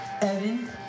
Evan